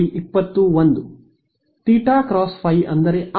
ವಿದ್ಯಾರ್ಥಿತೀಟಾ x phi ಅಂದರೆ R